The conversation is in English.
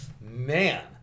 Man